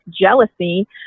jealousy